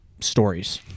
stories